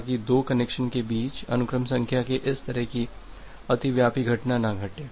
ताकि दो कनेक्शन के बीच अनुक्रम संख्या के इस तरह की अतिव्यापी घटना ना घटे